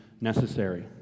necessary